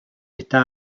estaba